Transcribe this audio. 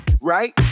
right